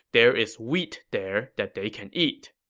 there is wheat there that they can eat.